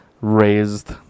raised